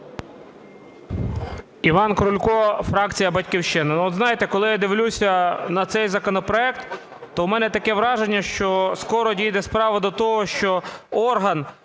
Іван Крулько, фракція "Батьківщина". От знаєте, коли я дивлюся на цей законопроект, то в мене таке враження, що скоро дійде справа до того, що орган,